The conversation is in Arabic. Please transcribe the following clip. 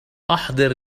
أحضر